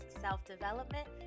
self-development